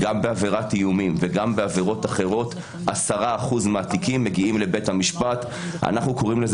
העובדה ש-70% הם שוטרים ו-30% הם עובדי ציבור אחרים נובעת